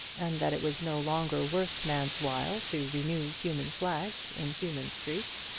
and that it was no longer worth man's while to renew human flags in human streets.